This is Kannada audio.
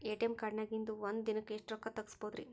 ಎ.ಟಿ.ಎಂ ಕಾರ್ಡ್ನ್ಯಾಗಿನ್ದ್ ಒಂದ್ ದಿನಕ್ಕ್ ಎಷ್ಟ ರೊಕ್ಕಾ ತೆಗಸ್ಬೋದ್ರಿ?